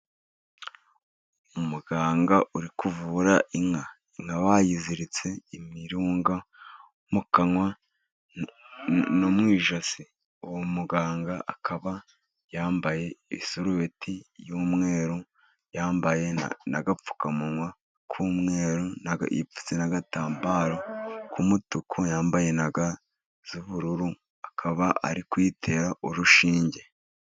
Umuganga uri kuvura inka, inka bayiziritse imirunga mu kanwa no mu ijosi, uwo muganga akaba yambaye isurubeti y'umweru, yambaye n'agapfukamunwa k'umweru, yipfutse n'agatambaro ku mutuku, yambaye na ga z'ubururu, akaba ari kuyitera urushinge.